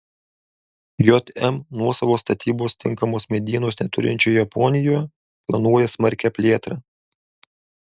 jm nuosavos statybos tinkamos medienos neturinčioje japonijoje planuoja smarkią plėtrą